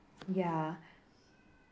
ya